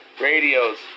radios